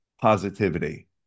positivity